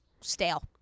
stale